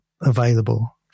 available